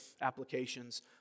applications